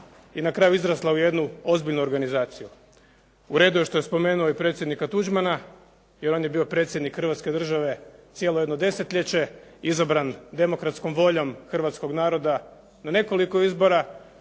i na kraju izrasla u jednu ozbiljnu organizaciju. U redu je što je spomenuo i predsjednika Tuđmana, jer on je bio predsjednik Hrvatske države cijelo jedno desetljeće izabran demokratskom voljom hrvatskog naroda na nekoliko izbora.